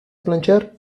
planchar